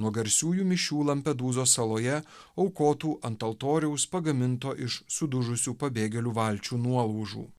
nuo garsiųjų mišių lampedūzos saloje aukotų ant altoriaus pagaminto iš sudužusių pabėgėlių valčių nuolaužų